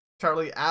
Charlie